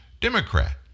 Democrat